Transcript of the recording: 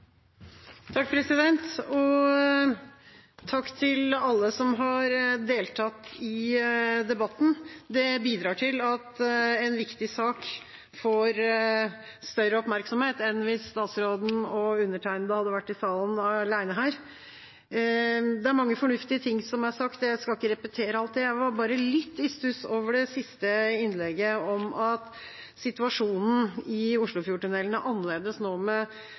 at en viktig sak får større oppmerksomhet enn den ville fått hvis statsråden og undertegnede hadde vært her i salen alene. Det er mange fornuftige ting som er sagt, og jeg skal ikke repetere alt det. Jeg var bare litt i stuss over det siste innlegget om at situasjonen i Oslofjordtunnelen er annerledes nå